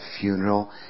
funeral